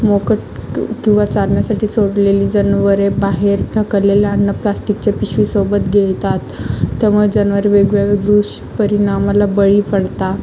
मोकाट किंवा चरण्यासाठी सोडलेली जनावरे बाहेर टाकलेलं अन्न प्लास्टिकच्या पिशवीसोबत गिळतात तेव्हा जनावरे वेगवेगळ्या दुष्परिणामाला बळी पडतात